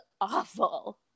awful